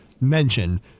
mention